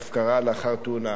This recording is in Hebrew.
(עבירת הפקרה לאחר תאונה).